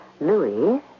Louis